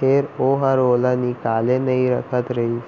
फेर ओहर ओला निकाले नइ सकत रहिस